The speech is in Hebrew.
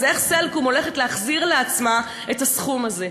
אז איך "סלקום" הולכת להחזיר לעצמה את הסכום הזה?